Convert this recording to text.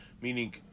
Meaning